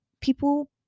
people